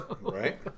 Right